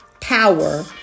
power